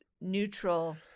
neutral